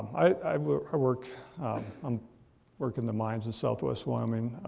i i work um work in the mines and southwest wyoming,